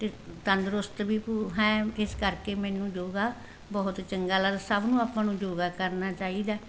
ਅਤੇ ਤੰਦਰੁਸਤ ਵੀ ਪੂ ਹੈ ਇਸ ਕਰਕੇ ਮੈਨੂੰ ਯੋਗਾ ਬਹੁਤ ਚੰਗਾ ਲੱਗਦਾ ਸਭ ਨੂੰ ਆਪਾਂ ਨੂੰ ਯੋਗਾ ਕਰਨਾ ਚਾਹੀਦਾ